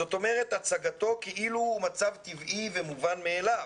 זאת אומרת, הצגתו כאילו הוא מצב טבעי ומובן מאליו.